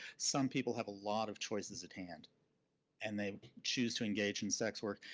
some people have a lot of choices at hand and they choose to engage in sex work,